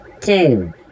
two